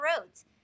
roads